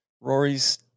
Rory's